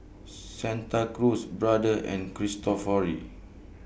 Santa Cruz Brother and Cristofori